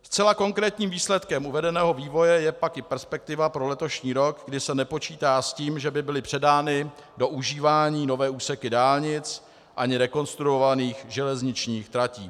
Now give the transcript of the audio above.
Zcela konkrétním výsledkem uvedeného vývoje je pak i perspektiva pro letošní rok, kdy se nepočítá s tím, že by byly předány do užívání nové úseky dálnic ani rekonstruovaných železničních tratí.